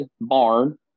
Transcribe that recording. barn